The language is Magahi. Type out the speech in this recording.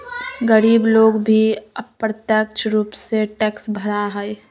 गरीब लोग भी अप्रत्यक्ष रूप से टैक्स भरा हई